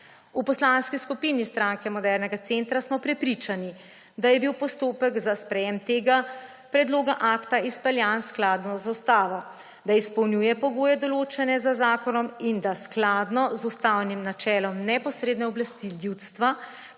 V Poslanski skupini Stranke modernega centra smo prepričani, da je bil postopek za sprejem tega predloga akta izpeljan skladno z Ustavo, da izpolnjuje pogoje, določene z zakonom, in da skladno z ustavnim načelom neposredne oblasti ljudstva